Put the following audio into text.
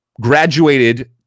graduated